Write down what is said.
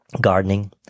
Gardening